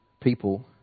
people